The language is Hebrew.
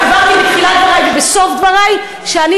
הבהרתי בתחילת דברי ובסוף דברי שאני